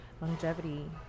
longevity